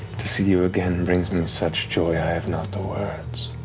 to see you again brings me such joy i have not the words.